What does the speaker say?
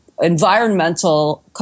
environmental